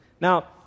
Now